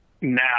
now